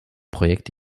projekt